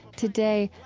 today,